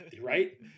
Right